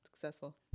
successful